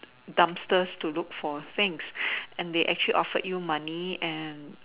dumpsters to look for things and they actually offered you money and